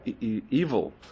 evil